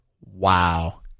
Wow